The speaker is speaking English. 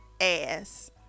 ass